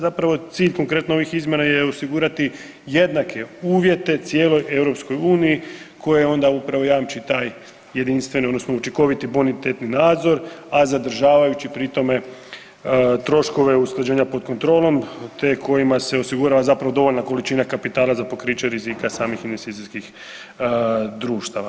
Zapravo cilj konkretno ovih izmjena je osigurati jednake uvjete cijeloj EU koje onda upravo jamči taj jedinstveni odnosno učinkoviti bonitetni nadzor, a zadržavajući pri tome troškove usklađenja pod kontrolom te kojima se osigurava zapravo dovoljna količina kapitala za pokriće rizika samih investicijskih društava.